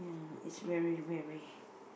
is very very